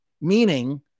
meaning